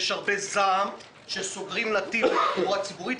יש הרבה זעם כשסוגרים נתיב לתחבורה ציבורית,